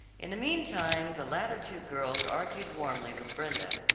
in the meantime the latter two girls argued warmly with brenda,